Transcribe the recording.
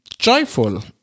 Joyful